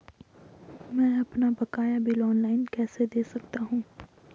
मैं अपना बकाया बिल ऑनलाइन कैसे दें सकता हूँ?